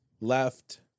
left